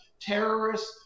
terrorists